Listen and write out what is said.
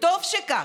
וטוב שכך.